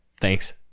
Thanks